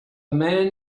man